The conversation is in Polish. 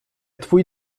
twój